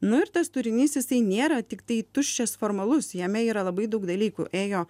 nu ir tas turinys jisai nėra tiktai tuščias formalus jame yra labai daug dalykų ėjo